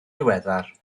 diweddar